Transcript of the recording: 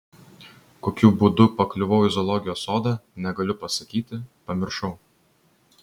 kokiu būdu pakliuvau į zoologijos sodą negaliu pasakyti pamiršau